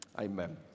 amen